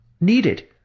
needed